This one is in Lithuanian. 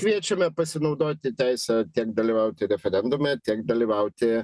kviečiami pasinaudoti teise tiek dalyvauti referendume tiek dalyvauti